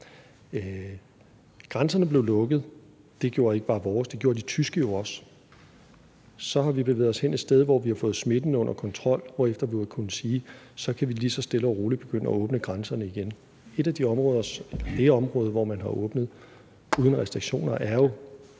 Grænserne blev lukket; det gjorde ikke bare vores, det gjorde de tyske jo også. Så har vi bevæget os hen et sted, hvor vi har fået smitten under kontrol, hvorefter vi jo har kunnet sige: Så kan vi lige så stille og roligt begynde at åbne grænserne igen. Det område, hvor man har åbnet uden restriktioner, er jo